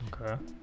Okay